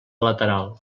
lateral